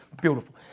Beautiful